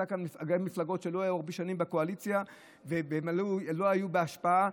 היו כאן מפלגות שלא היו הרבה שנים בקואליציה והן לא היו בהשפעה,